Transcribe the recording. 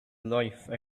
life